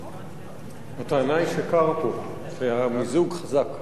הטענה היא שקר פה, שהמיזוג חזק.